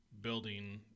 building